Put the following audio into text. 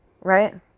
Right